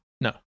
No